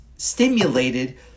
stimulated